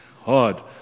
hard